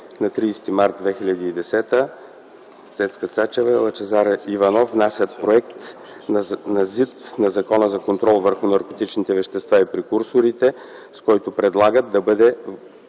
представители Цецка Цачева и Лъчезар Иванов внасят проект на ЗИД на Закона за контрол върху наркотичните вещества и прекурсорите, с който предлагат да бъде